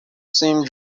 same